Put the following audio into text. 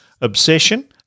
Obsession